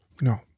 no